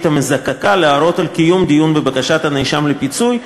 המזכה להורות על קיום דיון בבקשת הנאשם לפיצוי,